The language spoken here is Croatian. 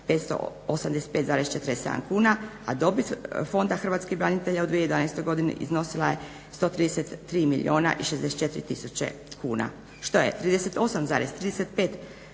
585,47 kuna a dobit Fonda hrvatskih branitelja u 2011.godini iznosila je 133 milijuna i 64 tisuće kuna, što je 38,35% manja